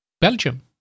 Belgium